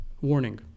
warning